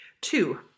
Two